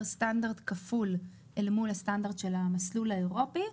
סטנדרט כפול אל מול הסטנדרט של המסלול האירופי,